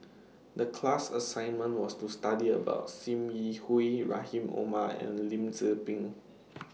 The class assignment was to study about SIM Yi Hui Rahim Omar and Lim Tze Peng